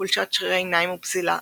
חולשת שרירי עיניים ופזילה,